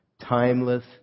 timeless